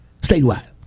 statewide